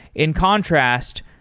in contrast,